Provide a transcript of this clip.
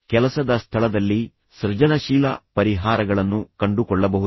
ಕೆಲಸದ ಸ್ಥಳದಲ್ಲಿ ಸೃಜನಶೀಲ ಪರಿಹಾರಗಳನ್ನು ಕಂಡುಕೊಳ್ಳಬಹುದು